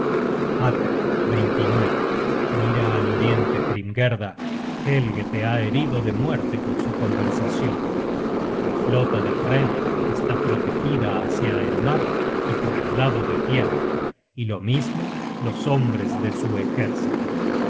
atle mira al oriente hrimgerda helgeteha herido de muerte con su conversacion la flota del rey está protegida hácia el mar y por el lado de tierra y lo mismo los hombres de su ejército